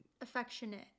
Affectionate